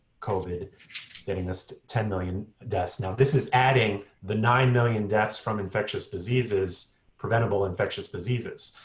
covid getting us to ten million deaths. now, this is adding the nine million deaths from infectious diseases preventable infectious diseases